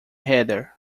heather